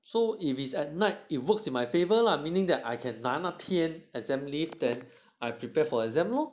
so if it's at night it works in my favour lah meaning that I can 那那天 exam leave then I can prepare for exam lor